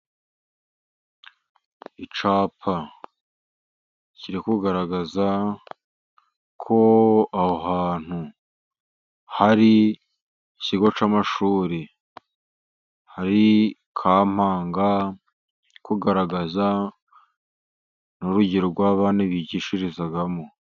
Icyapa kiri kugaragaza ko aho hantu hari ikigo cy'amashuri. Hari Kampanga kiri kugaragaza n'urugero rw'abana bigishirizamo.